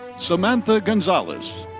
so um and gonzalez.